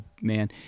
man